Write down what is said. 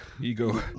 Ego